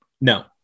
No